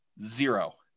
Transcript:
Zero